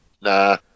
nah